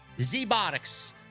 Z-Botics